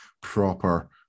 proper